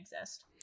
exist